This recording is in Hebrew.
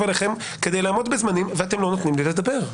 עליכם כדי לעמוד בזמנים ואתם לא נותנים לי לדבר.